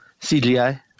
CGI